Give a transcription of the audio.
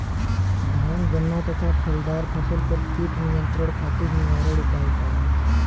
धान गन्ना तथा फलदार फसल पर कीट नियंत्रण खातीर निवारण उपाय का ह?